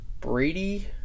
Brady